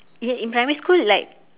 i~ in primary school like